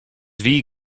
wie